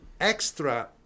extra